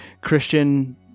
Christian